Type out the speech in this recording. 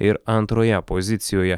ir antroje pozicijoje